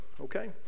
okay